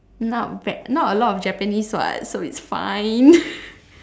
not a lot of japanese what so it's fine